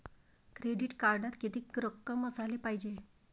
Credit कार्डात कितीक रक्कम असाले पायजे?